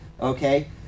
okay